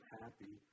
happy